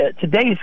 today's